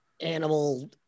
animal